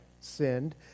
sinned